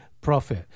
profit